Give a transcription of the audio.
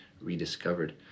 rediscovered